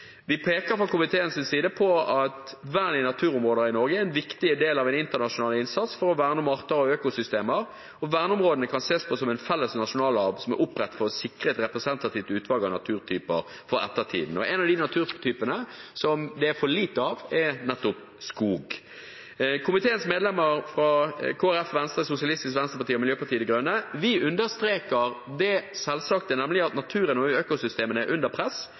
Vi peker fra komiteens side på at vern av naturområder i Norge er en viktig del av en internasjonal innsats for å verne om arter og økosystemer. Verneområdene kan ses på som en felles nasjonalarv som er opprettet for å sikre et representativt utvalg av naturtyper for ettertiden. En av de naturtypene som det er for lite av, er nettopp skog. Komiteens medlemmer fra Kristelig Folkeparti, Venstre, Sosialistisk Venstreparti og Miljøpartiet De Grønne understreker det selvsagte, nemlig at naturen og økosystemene er under press,